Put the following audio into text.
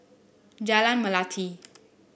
Jalan Melati